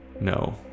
no